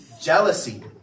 Jealousy